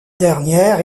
dernière